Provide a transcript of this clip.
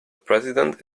president